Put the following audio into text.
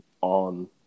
on